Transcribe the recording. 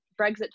Brexit